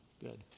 good